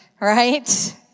Right